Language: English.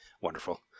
Wonderful